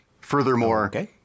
Furthermore